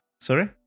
sorry